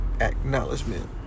Acknowledgement